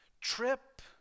trip